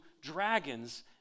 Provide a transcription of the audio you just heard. dragons